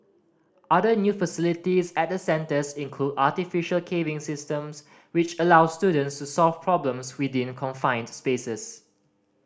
other new facilities at the centres include artificial caving systems which allow students to solve problems within confined spaces